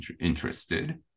interested